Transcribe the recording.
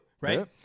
right